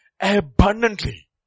Abundantly